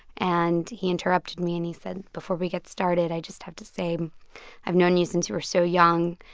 and he interrupted me, and he said, before we get started, i just have to say i've known you since you were so young,